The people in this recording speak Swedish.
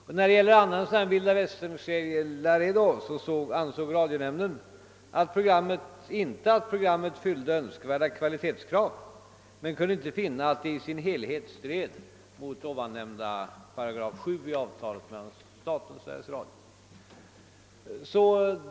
Om en annan vildavästernserie, Laredo, ansåg radionämnden att programmet inte fyllde önskvärda kvalitetskrav, men den kunde inte finna att serien i sin helhet stred mot ovannämnda 8 7 i avtalet mellan staten och Sveriges Radio.